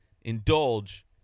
indulge